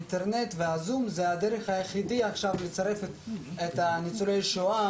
האינטרנט והזום הם הדרך היחידה להכניס את ניצולי השואה